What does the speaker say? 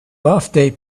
birthday